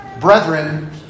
Brethren